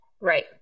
Right